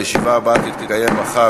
הישיבה הבאה תתקיים מחר,